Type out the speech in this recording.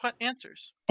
answers